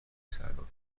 صرافیها